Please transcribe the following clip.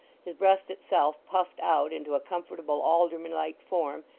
his breast itself puffed out into a comfortable alderman-like form,